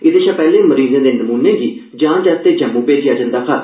एहदे शा पैहले मरीजें दे नमूने गी जांच आस्तै जम्मू भेजेआ जंदा हा